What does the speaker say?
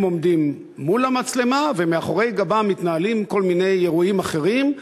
הם עומדים מול המצלמה ומאחורי גבם מתנהלים כל מיני אירועים אחרים,